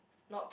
not